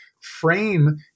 Frame